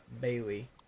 Bailey